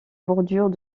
bordure